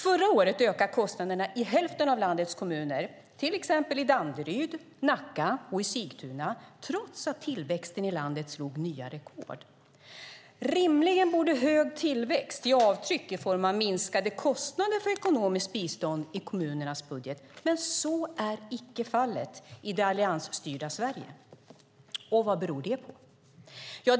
Förra året ökade kostnaderna i hälften av landets kommuner, till exempel i Danderyd, Nacka och Sigtuna, trots att tillväxten i landet slog nya rekord. Rimligen borde hög tillväxt ge avtryck i form av minskade kostnader för ekonomiskt bistånd i kommunernas budget, men så är icke fallet i det alliansstyrda Sverige. Vad beror det då på?